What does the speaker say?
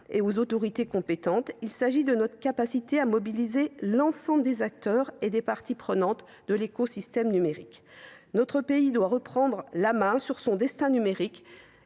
et autorités compétentes, nous devrons faire la preuve de notre capacité à mobiliser l’ensemble des acteurs et des parties prenantes de l’écosystème numérique. Notre pays doit reprendre la main sur son destin numérique,